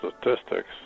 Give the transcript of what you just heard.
statistics